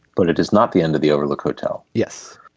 but it is not the end of the overlook hotel yes.